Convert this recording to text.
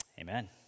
amen